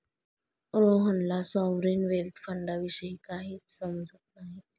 रोहनला sovereign wealth फंडाविषयी काहीच समजत नाही